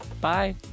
Bye